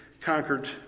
conquered